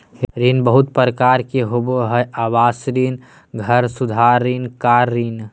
ऋण बहुत प्रकार के होबा हइ आवास ऋण, घर सुधार ऋण, कार ऋण